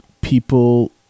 people